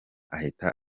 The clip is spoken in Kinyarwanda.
ahita